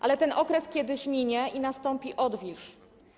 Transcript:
Ale ten okres kiedyś minie i nastąpi odwilż.